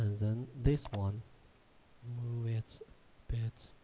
then this one movie it's bit